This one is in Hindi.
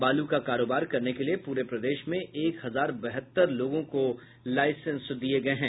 बालू का कारोबार करने के लिए पूरे प्रदेश में एक हजार बहत्तर लोगों को लाईसेंस दिये गये हैं